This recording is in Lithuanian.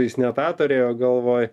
jis ne tą turėjo galvoj